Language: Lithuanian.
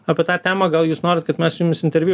apie tą temą gal jūs norit kad mes jumis interviu